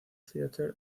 theatre